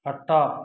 ଖଟ